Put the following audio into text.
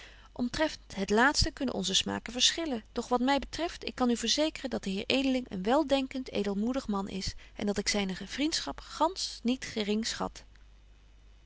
omtrent het laatste kunnen onze smaken verschillen doch wat my betreft ik kan u verzekeren dat de heer edeling een weldenkent edelmoedig man is en dat ik zyne vriendschap gantsch niet gering schat